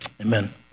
amen